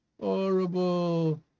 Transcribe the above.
Horrible